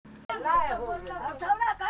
मछुवालाक जाल सामग्रीर बारे बताल गेले